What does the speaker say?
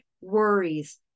worries